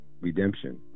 redemption